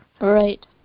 Right